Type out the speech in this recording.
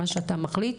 מה שאתה מחליט.